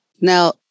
Now